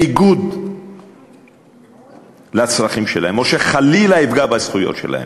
בניגוד לצרכים שלהם או שחלילה יפגע בזכויות שלהם.